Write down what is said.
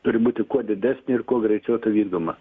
turi būti kuo didesnė ir kuo greičiau tai vykdoma